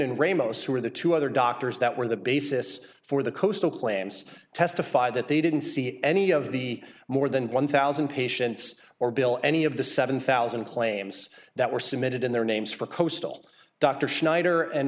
were the two other doctors that were the basis for the coastal claims testify that they didn't see any of the more than one thousand patients or bill any of the seven thousand claims that were submitted in their names for coastal dr schneider and